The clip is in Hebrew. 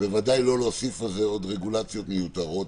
וודאי לא להוסיף על זה עוד רגולציות מיותרות.